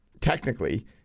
technically